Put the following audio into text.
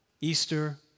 Easter